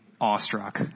awestruck